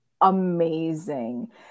amazing